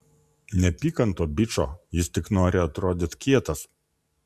nepyk ant to bičo jis tik nori atrodyt kietas